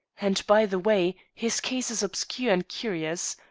and by the way, his case is obscure and curious.